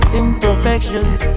imperfections